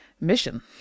mission